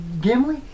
Gimli